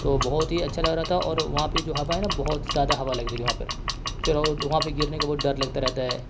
تو بہت ہی اچھا لگ رہا تھا اور وہاں پہ جو ہوا ہے نا بہت زیادہ ہوا لگ رہی تھی وہاں پر پھر وہاں پہ گرنے کا بہت ڈر لگتا رہتا ہے